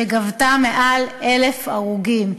שגבתה יותר מ-1,000 הרוגים.